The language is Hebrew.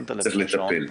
צריך לטפל.